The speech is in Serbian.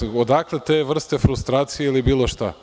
Odakle te vrste frustracije, ili bilo šta.